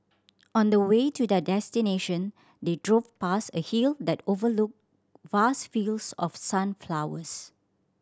on the way to their destination they drove past a hill that overlooked vast fields of sunflowers